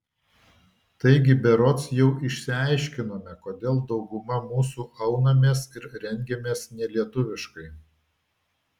taigi berods jau išsiaiškinome kodėl dauguma mūsų aunamės ir rengiamės nelietuviškai